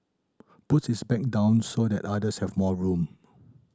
puts his bag down so that others have more room